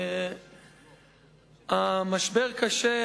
המשבר קשה,